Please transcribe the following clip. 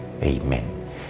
Amen